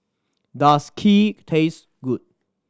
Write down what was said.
does Kheer taste good